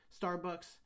Starbucks